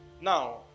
Now